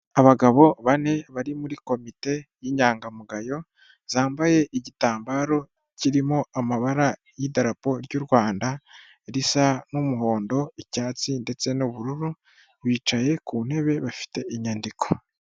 Abagabo bane bari muri komite y'inyangamugayo zambaye igitambaro kirimo amabara y'idarapo ry'u Rwanda risa n'umuhondo, icyatsi ndetse n'ubururu bicaye ku ntebe bafite inyandiko.